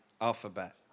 alphabet